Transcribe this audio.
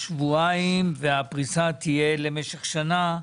יידחו בשבועיים ושהפריסה תהיה למשך שנה.